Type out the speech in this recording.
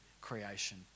creation